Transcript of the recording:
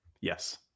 Yes